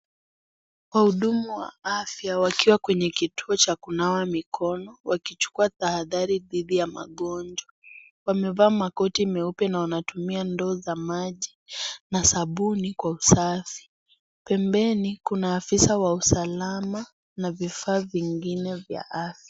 Wahudumu wa afya wakiwa kwenye kituo cha kunawa mikono wakichukua tahadhari dhidi ya magonjwa. Wamevaa makoti meupe na wanatumia ndoo za maji na sabuni kwa usafi. Pembeni kuna afisa wa usalama na vifaa vingine vya afya.